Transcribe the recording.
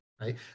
right